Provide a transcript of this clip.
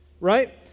right